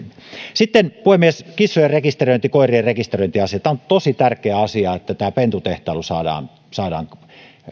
sitten puhemies kissojen rekisteröinti koirien rekisteröintiasiat on tosi tärkeä asia että pentutehtailu saadaan